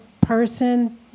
person